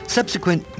Subsequent